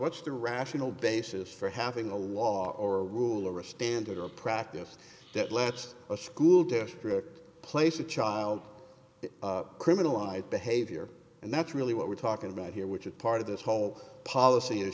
what's the rational basis for having a law or a rule or a standard of practice that lets a school district place a child to criminalize behavior and that's really what we're talking about here which is part of this whole policy i